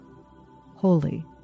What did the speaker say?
Holy